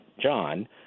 John